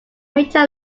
major